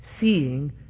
seeing